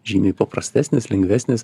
žymiai paprastesnis lengvesnis